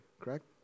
correct